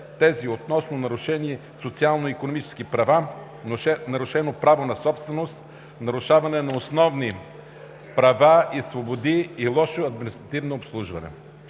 тези относно нарушени социално-икономически права, нарушено право на собственост, нарушаване на основни права и свободи и лошо административно обслужване.